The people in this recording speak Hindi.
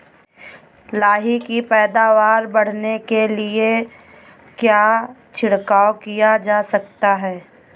लाही की पैदावार बढ़ाने के लिए क्या छिड़काव किया जा सकता है?